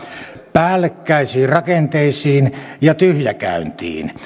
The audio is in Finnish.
päällekkäisiin rakenteisiin ja tyhjäkäyntiin